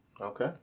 Okay